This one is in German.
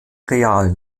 real